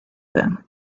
them